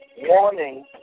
warning